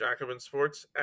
jacobinsports